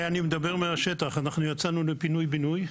אני מדבר מהשטח: יצאנו לפינוי בינוי,